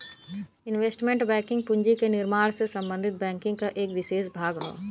investment banking पूंजी के निर्माण से संबंधित बैंकिंग क एक विसेष भाग हौ